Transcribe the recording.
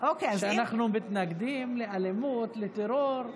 שאנחנו מתנגדים לאלימות ולטרור.